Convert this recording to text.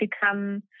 become